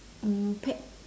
um pet